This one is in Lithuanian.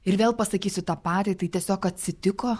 ir vėl pasakysiu tą patį tai tiesiog atsitiko